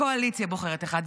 הקואליציה בוחרת אחד.